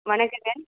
வணக்கம்ங்க